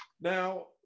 Now